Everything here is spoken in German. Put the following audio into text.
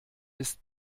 ist